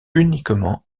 uniquement